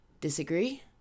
Disagree